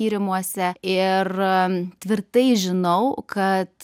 tyrimuose ir tvirtai žinau kad